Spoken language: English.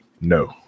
no